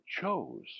chose